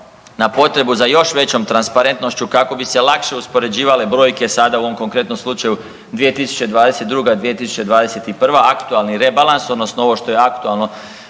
na potrebu za još većom transparentnošću kako bi se lakše uspoređivale brojke sada u ovom konkretnom slučaju 2022., 2021. aktualni rebalans odnosno ovo što je aktualno